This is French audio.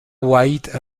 white